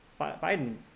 Biden